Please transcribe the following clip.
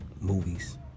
movies